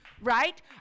right